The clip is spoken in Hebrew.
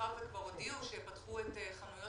מאחר ופתחו את חנויות